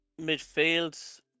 Midfield